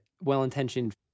well-intentioned